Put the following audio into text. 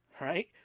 right